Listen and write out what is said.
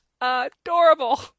adorable